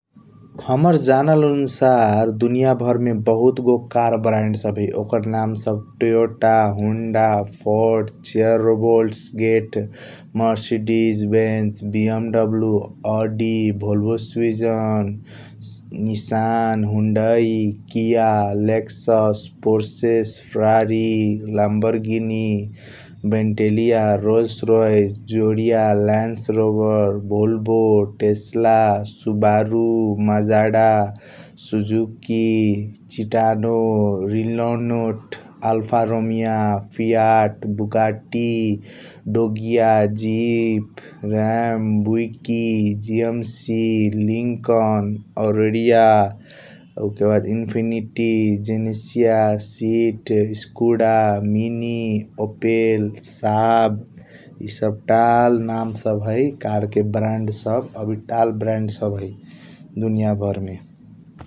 हमर जानल अनुसार दुनियाँ भरमे बहुत गो कार ब्रान्ड सब है। ओंकर नामसब टोयाेटा, हुन्डा, फोर्च, चेयररोबोल्टस् गेट, मरसिटीज, बेन्च, बियमडब्लू, अडी, भोल्बोसुइजन, निशान, हुन्डाई, केयाल, Lexus, Porsche, Ferrari, Lamborghini, Bentley, Rolls Royce, जोरिया, लेंयान्सरोबर, बोलबोट, टेसलास्, सुबारुम, मजार्डा, सुजुकी, चिटाडो, रिल्लनोट, आल्फारोमिया, फियार्ट, बुकाटी, डोगिया, जिप, रायमबुइकी, जियम सी, लिङ्कन, ओरिडीया उकेबाद इन्फिनीटी, जेनेसिया, सिट, सकुडा, मिनी, ओपेल्स, स्याब इ सबटाल नाम सब है कार के ब्रान्ड सब अभी टाल ब्रान्ड सब है दुनियाँ भरमे।